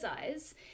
eyes